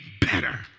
better